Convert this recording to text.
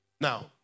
Now